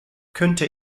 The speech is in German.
könnte